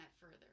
further